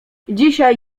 dzisiaj